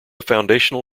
foundational